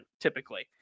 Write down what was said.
typically